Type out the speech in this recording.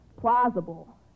Plausible